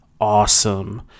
awesome